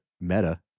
Meta